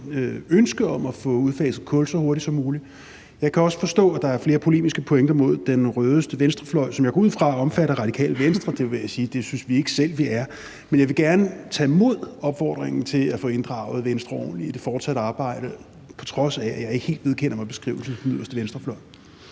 ønske om at få udfaset kul så hurtigt som muligt. Jeg kan også forstå, at der er flere polemiske pointer mod den rødeste venstrefløj, som jeg går ud fra omfatter Radikale Venstre – der vil jeg sige, at det synes vi ikke selv vi er. Men jeg vil gerne tage imod opfordringen til at få inddraget Venstre ordentligt i det fortsatte arbejde, på trods af at jeg ikke helt vedkender mig beskrivelsen »den yderste venstrefløj«.